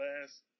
last